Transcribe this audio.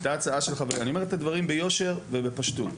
אני אומר את הדברים ביושר ובפשטות.